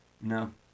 No